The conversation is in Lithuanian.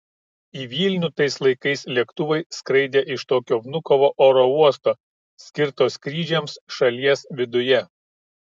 į vilnių tais laikais lėktuvai skraidė iš tokio vnukovo oro uosto skirto skrydžiams šalies viduje